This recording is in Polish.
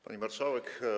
Pani Marszałek!